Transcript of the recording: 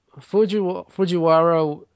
Fujiwara